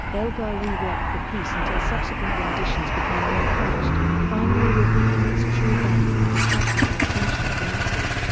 elgar reworked the piece until subsequent renditions became more polished, finally revealing its true value and attracting the attention of the masses.